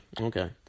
Okay